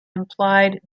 implied